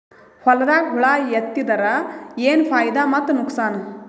ಹೊಲದಾಗ ಹುಳ ಎತ್ತಿದರ ಏನ್ ಫಾಯಿದಾ ಮತ್ತು ನುಕಸಾನ?